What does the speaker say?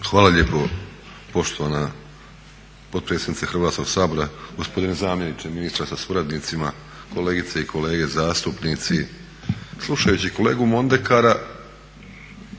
Hvala lijepo poštovana potpredsjednice Hrvatskoga sabora, gospodine zamjeniče ministra sa suradnicima, kolegice i kolege zastupnici. Slušajući kolegu Mondekara